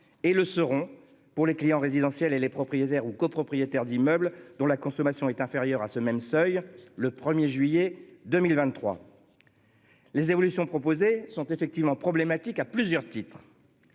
et le seront pour les clients résidentiels et les propriétaires ou copropriétaires d'immeubles dont la consommation est inférieure à ce même seuil le 1er juillet 2023. Les évolutions proposées sont effectivement problématique à plusieurs titres.